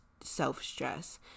self-stress